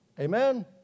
Amen